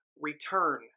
return